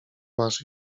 masz